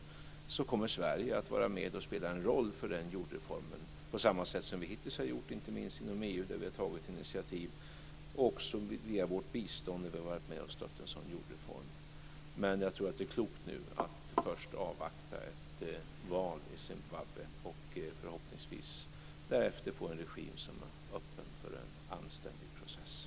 Och då kommer Sverige att vara med och spela en roll för den jordreformen, på samma sätt som vi hittills har gjort inte minst inom EU där vi har tagit initiativ och via vårt bistånd där vi har varit med och stöttat en sådan jordreform. Men jag tror att det är klokt att nu först avvakta ett val i Zimbabwe. Förhoppningsvis får man därefter en regim som är öppen för en anständig process.